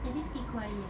I just keep quiet